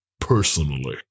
Personally